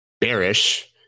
bearish